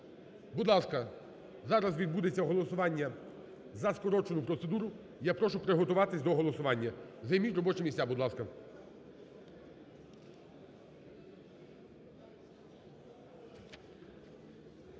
Будь ласка, зараз відбудеться голосування за скорочену процедуру, я прошу приготуватись до голосування, займіть робочі місця, будь ласка.